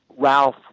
Ralph